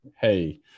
hey